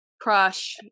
Crush